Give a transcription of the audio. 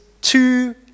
two